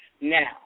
Now